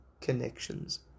connections